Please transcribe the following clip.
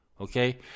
okay